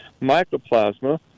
mycoplasma